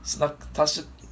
是那个他是